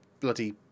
bloody